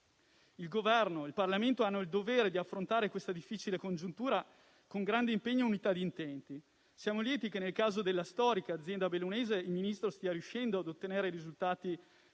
Il Governo e il Parlamento hanno il dovere di affrontare questa difficile congiuntura con grande impegno e unità di intenti. Siamo lieti che nel caso della storica azienda bellunese il Ministro stia riuscendo ad ottenere i risultati